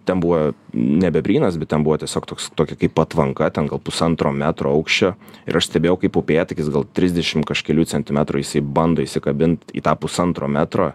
ten buvo ne bebrynas bet ten buvo tiesiog toks tokia kaip patvanka ten gal pusantro metro aukščio ir aš stebėjau kaip upėtakis gal trisdešim kažkelių centimetrų jisai bando įsikabint į tą pusantro metro